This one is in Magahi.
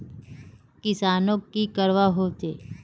किसानोक की करवा होचे?